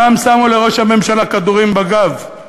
פעם שמו לראש הממשלה כדורים בגב,